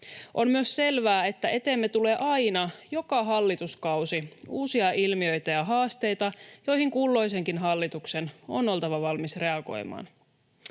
On myös selvää, että eteemme tulee aina, joka hallituskausi, uusia ilmiöitä ja haasteita, joihin kulloisenkin hallituksen on oltava valmis reagoimaan.